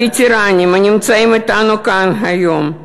הווטרנים, הנמצאים אתנו כאן היום,